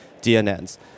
DNNs